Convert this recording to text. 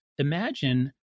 Imagine